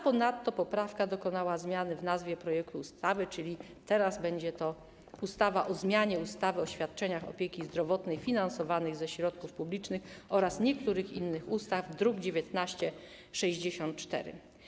Ponadto poprawka dokonała zmiany w nazwie projektu ustawy, czyli teraz będzie to ustawa o zmianie ustawy o świadczeniach opieki zdrowotnej finansowanej ze środków publicznych oraz niektórych innych ustaw, druk nr 1964.